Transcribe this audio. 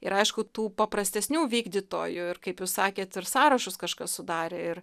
ir aišku tų paprastesnių vykdytojų ir kaip jūs sakėt ir sąrašus kažkas sudarė ir